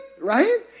right